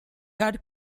had